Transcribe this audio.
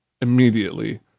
immediately